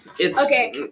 Okay